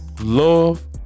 Love